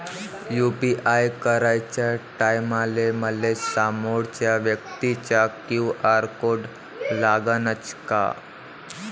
UPI कराच्या टायमाले मले समोरच्या व्यक्तीचा क्यू.आर कोड लागनच का?